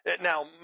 now